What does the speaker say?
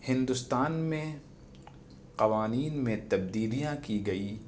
ہندوستان میں قوانین میں تبدیلیاں کی گئیں